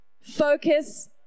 focus